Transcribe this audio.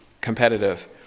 competitive